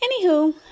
Anywho